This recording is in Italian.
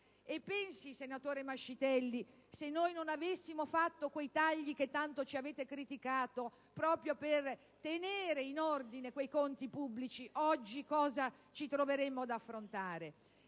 Pensi, senatore Mascitelli se non avessimo fatto quei tagli che tanto ci avete criticato proprio per tenere in ordine quei conti pubblici, oggi cosa ci troveremmo ad affrontare.